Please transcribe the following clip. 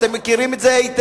אתם מכירים את זה היטב,